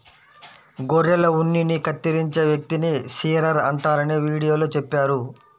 గొర్రెల ఉన్నిని కత్తిరించే వ్యక్తిని షీరర్ అంటారని వీడియోలో చెప్పారు